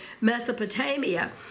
Mesopotamia